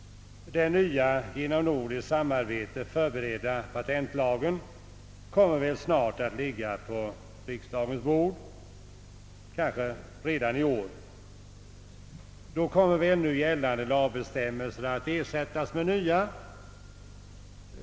Den nya, genom nordiskt samarbete förberedda patentlagen kommer väl snart att ligga på riksdagens bord, kanske redan i år. Då kommer förmodligen nu gällande lagbestämmelser att ersättas av nya.